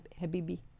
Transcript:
habibi